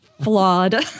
flawed